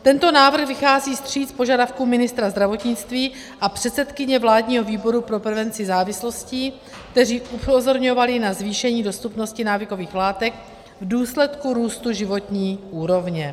Tento návrh vychází vstříc požadavkům ministra zdravotnictví a předsedkyně vládního výboru pro prevenci závislostí, kteří upozorňovali na zvýšení dostupnosti návykových látek v důsledku růstu životní úrovně.